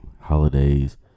holidays